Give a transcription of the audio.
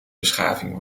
beschaving